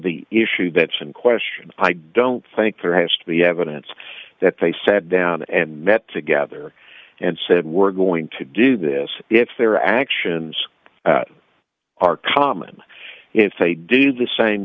the issue that's in question i don't think there has to be evidence that they sat down and met together and said we're going to do this if their actions are common if they do the same